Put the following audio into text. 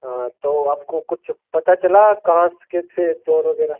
हाँ तो आपको कुछ पता चला कहाँ से के थे चोर वगैरह